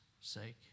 sake